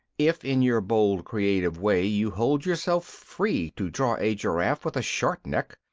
if, in your bold creative way, you hold yourself free to draw a giraffe with a short neck,